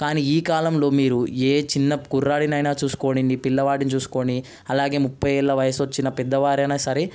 కానీ ఈ కాలంలో మీరు ఏ చిన్న కుర్రాడినైనా చూసుకోండి పిల్లవాడిని చూసుకొని అలాగే ముప్పై ఏళ్ల వయసు వచ్చిన పెద్దవారైనా సరే